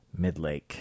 Midlake